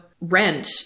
rent